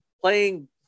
Playing